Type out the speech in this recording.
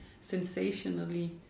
sensationally